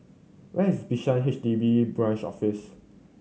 where is Bishan H D B Branch Office